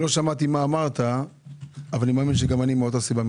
לא שמעתי מה אמרת אבל אני מאמין שאני מתנגד מאותה סיבה.